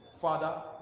Father